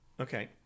Okay